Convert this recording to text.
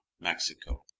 Mexico